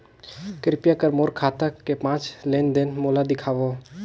कृपया कर मोर खाता के पांच लेन देन मोला दिखावव